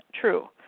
true